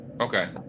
okay